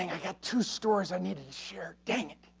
i got to stories i needed to share, dang it.